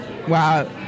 Wow